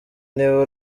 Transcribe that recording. niba